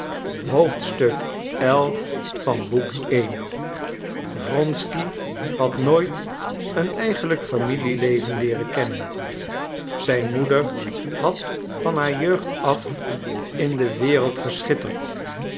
xi wronsky had nooit een eigenlijk familieleven leeren kennen zijn moeder had van haar jeugd af in de wereld geschitterd